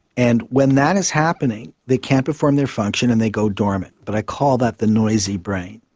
and when that is happening they can't perform their function and they go dormant, but i call that the noisy brain.